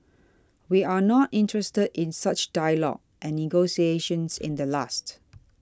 we are not interested in such dialogue and negotiations in the last